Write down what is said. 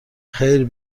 خیر